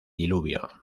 diluvio